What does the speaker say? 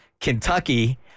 Kentucky